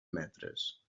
metres